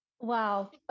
Wow